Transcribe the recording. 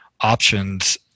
options